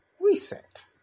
Reset